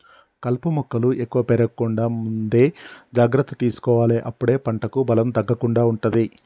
కలుపు మొక్కలు ఎక్కువ పెరగకుండా ముందే జాగ్రత్త తీసుకోవాలె అప్పుడే పంటకు బలం తగ్గకుండా ఉంటది